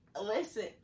Listen